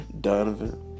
Donovan